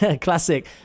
classic